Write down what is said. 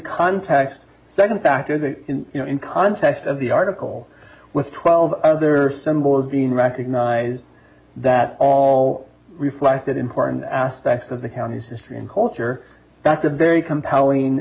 context second factor the you know in context of the article with twelve other symbols being recognised that all reflected important aspects of the county's history and culture that's a very compelling